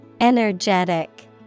Energetic